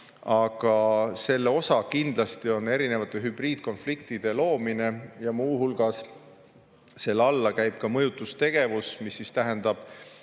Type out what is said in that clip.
Aga selle osa kindlasti on erinevate hübriidkonfliktide loomine ja selle alla käib ka mõjutustegevus, mis tähendab